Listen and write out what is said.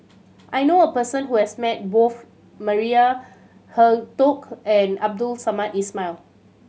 I know a person who has met both Maria Hertogh and Abdul Samad Ismail